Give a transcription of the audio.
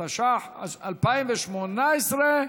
התשע"ח 2018,